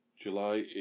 July